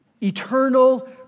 eternal